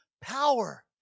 power